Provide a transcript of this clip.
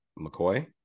McCoy